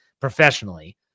professionally